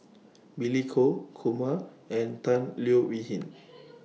Billy Koh Kumar and Tan Leo Wee Hin